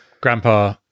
Grandpa